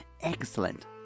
Excellent